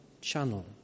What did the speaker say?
channel